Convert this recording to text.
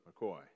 McCoy